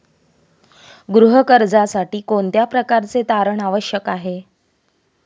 गृह कर्जासाठी कोणत्या प्रकारचे तारण आवश्यक आहे?